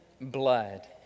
blood